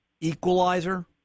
equalizer